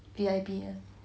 V_I_P one